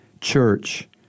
church